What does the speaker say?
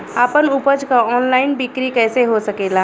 आपन उपज क ऑनलाइन बिक्री कइसे हो सकेला?